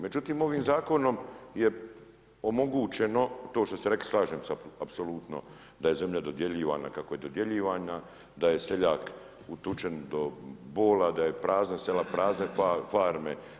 Međutim, ovim Zakonom je omogućeno, to što ste rekli – slažem se apsolutno da je zemlja dodjeljivana kako je dodjeljivana, da je seljak utučen do bola, da je su prazna sela, prazne farme.